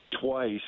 twice